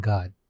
God